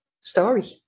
story